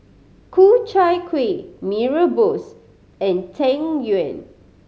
Ku Chai Kuih Mee Rebus and Tan Yuen